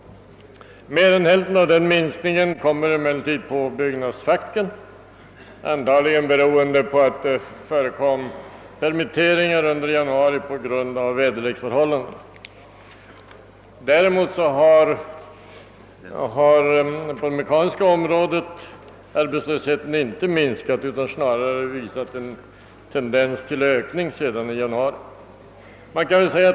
Mer än hälften av denna minskning faller emellertid på byggnadsfacken och är antagligen betingad av att det under januari förekom permitteringar på grund av väderleksförhållandena. Däremot har arbetslösheten på det mekaniska området inte minskat sedan januari utan snarare visat en tendens till ökning.